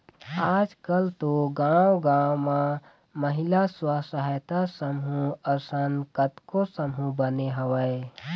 आजकल तो गाँव गाँव म महिला स्व सहायता समूह असन कतको समूह बने हवय